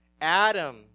Adam